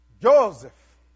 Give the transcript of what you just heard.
Joseph